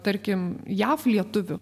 tarkim jav lietuvių